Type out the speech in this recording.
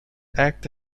act